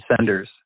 senders